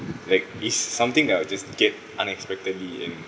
like it's something that I will just get unexpectedly and